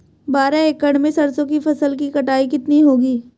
बारह एकड़ में सरसों की फसल की कटाई कितनी होगी?